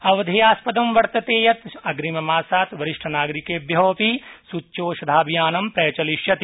अवधेयास्पदं वर्तते यत् अग्रिममासात् वरिष्ठनागरिकेभ्य अपि सूच्यौषधाभियानं प्रचलिष्यति